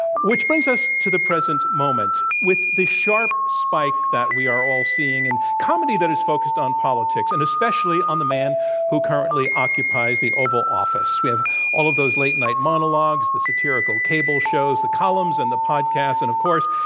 which brings us to the present moment. with the sharp spike that we are all seeing in comedy that is focused on politics, and especially on the man who currently occupies the oval office, we have all of those late night monologues, the satirical cable shows, the columns and the podcasts, and, of course,